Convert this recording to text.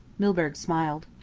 milburgh smiled.